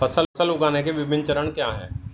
फसल उगाने के विभिन्न चरण क्या हैं?